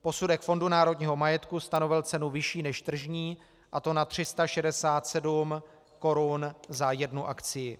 Posudek Fondu národního majetku stanovil cenu vyšší než tržní, a to na 367 korun za jednu akcii.